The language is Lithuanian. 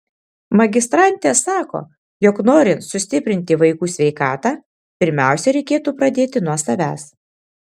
magistrantė sako jog norint sustiprinti vaikų sveikatą pirmiausia reikėtų pradėti nuo savęs